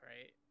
right